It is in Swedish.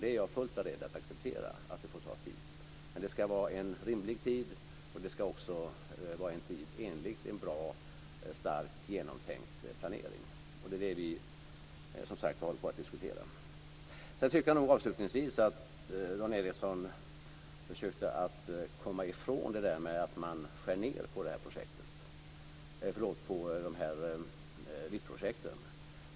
Det är jag fullt beredd att acceptera. Men det ska vara en rimlig tid, och det ska också vara en tid enligt en bra, stark och genomtänkt planering. Det är också detta vi håller på att diskutera. Avslutningsvis tycker jag nog att Dan Ericsson försökte komma ifrån detta med att man skär ned LIPP-projekten.